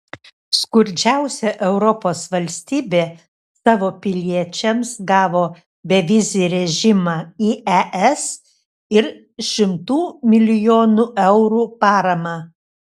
skurdžiausia europos valstybė savo piliečiams gavo bevizį režimą į es ir šimtų milijonų eurų paramą